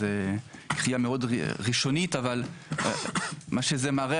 אז קריאה מאוד ראשונית אבל מה שזה מראה,